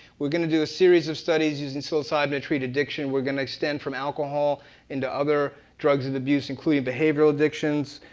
we're gonna do a series of studies using psilocybin to treat addiction. we're gonna extend from alcohol into other drugs and abuse, including behavioral addictions.